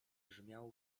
brzmiał